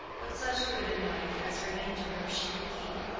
but such good in life as remained to her she would keep.